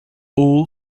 all